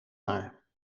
haar